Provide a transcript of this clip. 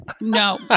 No